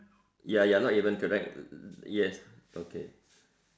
ya ya not even correct uh yes okay